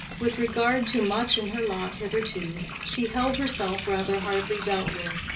with regard to much in her lot hitherto, she held herself rather hardly dealt with,